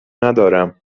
ندارم